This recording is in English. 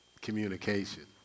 communication